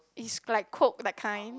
is like coke that kind